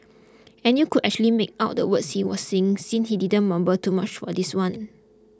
and you could actually make out the words he was singing since he didn't mumble too much for this one